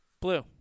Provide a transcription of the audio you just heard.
Blue